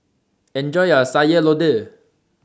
Enjoy your Sayur Lodeh